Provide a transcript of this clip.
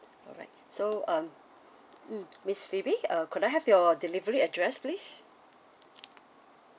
alright so um mm miss phoebe uh could I have your delivery address please